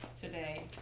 today